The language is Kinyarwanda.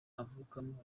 avukamo